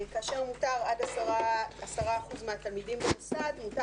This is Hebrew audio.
כאשר מותר עד 10% מהתלמידים במוסד מותר